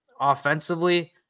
offensively